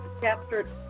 captured